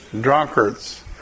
drunkards